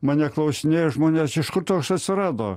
mane klausinėjo žmones iš kur toks atsirado